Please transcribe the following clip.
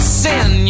sin